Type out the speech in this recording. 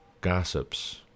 gossips